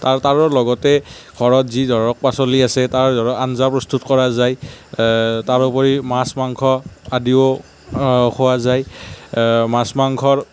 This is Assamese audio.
তাত আৰু লগতে ঘৰত যি ধৰক পাচলি আছে তাৰ আঞ্জা প্ৰস্তুত কৰা যায় তাৰোপৰি মাছ মাংস আদিও খোৱা যায় মাছ মাংসৰ